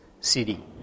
city